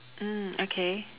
mm okay